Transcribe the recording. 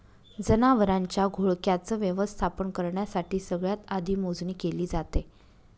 जनावरांच्या घोळक्याच व्यवस्थापन करण्यासाठी सगळ्यात आधी मोजणी केली जाते